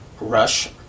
Rush